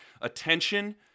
attention